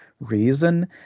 reason